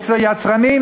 יצרני,